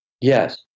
Yes